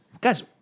Guys